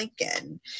lincoln